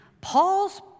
Paul's